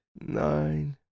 nine